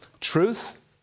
Truth